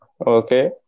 Okay